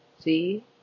See